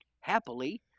Happily